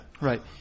Right